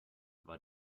war